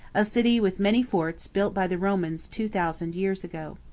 a city with many forts built by the romans two thousand years ago.